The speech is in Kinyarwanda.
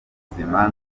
ubuzima